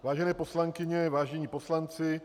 Vážené poslankyně, vážení poslanci.